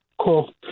Cool